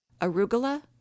Arugula